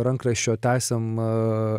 rankraščio teisėm